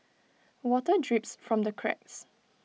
water drips from the cracks